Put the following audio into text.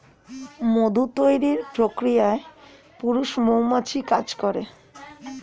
মধু তৈরির প্রক্রিয়ায় পুরুষ মৌমাছি কাজ করে